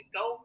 go